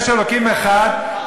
יש אלוקים אחד,